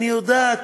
אני יודעת,